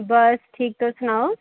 बस ठीक तुस सनाओ